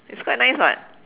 is quite nice [what]